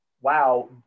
wow